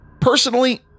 Personally